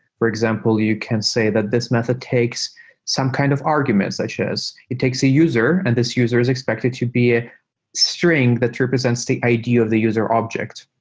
for example, you can say that this method takes some kind of argument such as it takes a user and this user is expected to be a string that represents the idea of the user object,